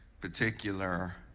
particular